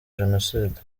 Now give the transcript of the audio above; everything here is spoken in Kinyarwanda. jenoside